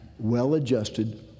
well-adjusted